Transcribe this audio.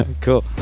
cool